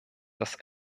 das